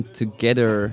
together